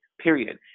Period